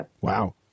Wow